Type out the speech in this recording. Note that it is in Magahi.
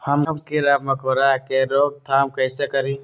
हम किरा मकोरा के रोक थाम कईसे करी?